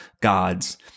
God's